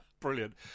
brilliant